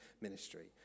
ministry